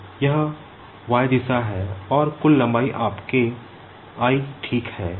अब यह y दिशा है और कुल लंबाई आपके l ठीक है